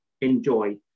enjoy